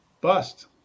Bust